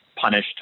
punished